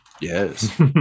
Yes